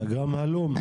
אתה גם הלום?